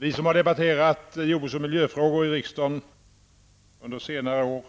Vi som har debatterat jordbruks och miljöfrågor i riksdagen under senare år